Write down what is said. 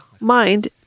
mind